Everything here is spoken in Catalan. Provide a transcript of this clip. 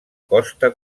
costa